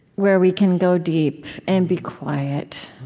where we can go deep and be quiet.